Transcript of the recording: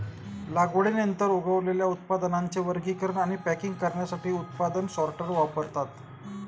लागवडीनंतर उगवलेल्या उत्पादनांचे वर्गीकरण आणि पॅकिंग करण्यासाठी उत्पादन सॉर्टर वापरतात